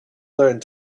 learned